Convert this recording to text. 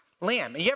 lamb